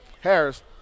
Harris